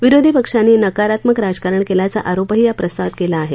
विरोधी पक्षांनी नकारात्मक राजकारण केल्याचा आरोपही या प्रस्तावात केला आहे